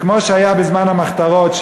וכמו שהיה בזמן המחתרות,